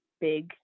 big